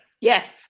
yes